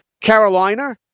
Carolina